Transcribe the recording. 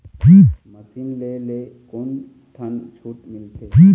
Machine ले ले कोन ठन छूट मिलथे?